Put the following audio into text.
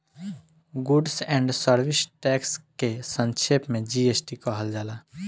goods and service tax के संक्षेप में जी.एस.टी कहल जाला